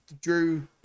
drew